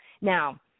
Now